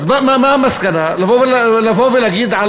אז מה המסקנה, לבוא ולהגיד על